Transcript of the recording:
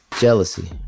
Jealousy